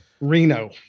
Reno